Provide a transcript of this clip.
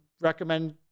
recommend